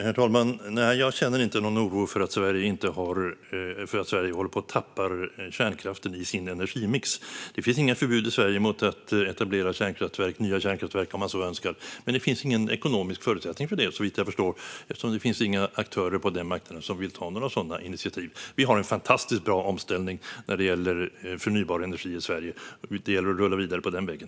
Herr talman! Nej, jag känner inte någon oro för att Sverige håller på att tappa kärnkraften i sin energimix. Det finns inga förbud i Sverige mot att etablera nya kärnkraftverk om man så önskar. Men det finns ingen ekonomisk förutsättning för det, såvitt jag förstår, eftersom det inte finns några aktörer på den marknaden som vill ta några sådana initiativ. Vi har en fantastiskt bra omställning när det gäller förnybar energi i Sverige. Det gäller att rulla vidare på den vägen.